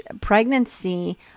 pregnancy